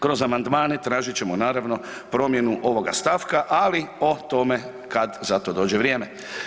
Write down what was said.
Kroz amandmane tražit ćemo naravno promjenu ovoga stavka, ali o tome kad za to dođe vrijeme.